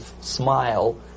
smile